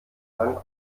lang